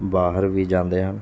ਬਾਹਰ ਵੀ ਜਾਂਦੇ ਹਨ